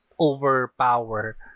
overpower